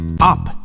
Up